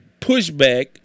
pushback